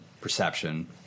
perception